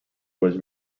was